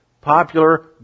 popular